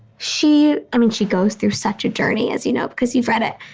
she i mean, she goes through such a journey as you know, because you've read it.